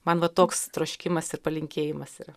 man va toks troškimas ir palinkėjimas yra